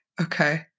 Okay